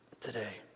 Today